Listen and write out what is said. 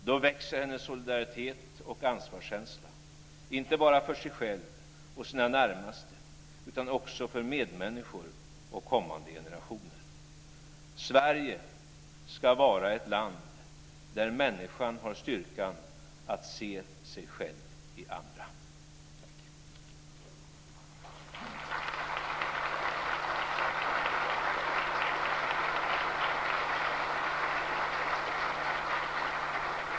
Då växer hennes solidaritet och ansvarskänsla inte bara för sig själv och sina närmaste, utan också för medmänniskor och kommande generationer. Sverige ska vara ett land där människan har styrkan att se sig själv i andra.